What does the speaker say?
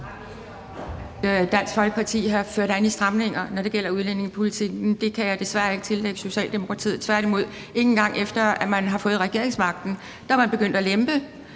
Dansk Folkeparti har ført an med stramninger, når det gælder udlændingepolitikken. Det kan jeg desværre ikke tillægge Socialdemokratiet, tværtimod – ikke engang efter man har fået regeringsmagten. Man er begyndt at lempe.